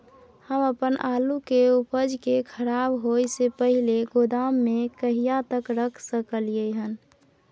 हम अपन आलू के उपज के खराब होय से पहिले गोदाम में कहिया तक रख सकलियै हन?